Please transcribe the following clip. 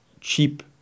cheap-